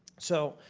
so